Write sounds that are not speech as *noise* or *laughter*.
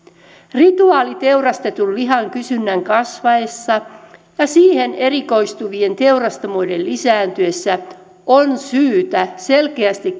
rituaaliteurastetun lihan kysynnän kasvaessa ja siihen erikoistuvien teurastamoiden lisääntyessä on syytä selkeästi *unintelligible*